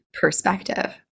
perspective